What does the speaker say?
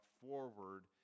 forward